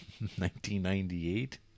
1998